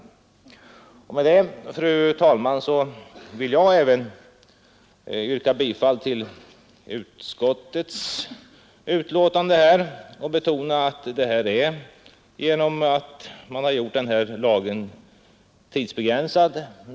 Med detta, fru talman, vill även jag yrka bifall till utskottets hemställan och betona att betänkandet är något av en kompromiss genom att man har gjort lagen tidsbegränsad.